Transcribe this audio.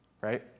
right